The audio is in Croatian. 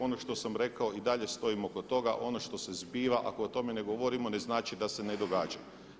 Ono što sam rekao i dalje stojimo kod toga, ono što se zbiva ako o tome ne govorimo ne znači da se ne događa.